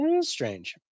strange